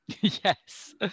Yes